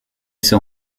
son